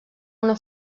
una